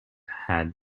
had